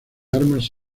armas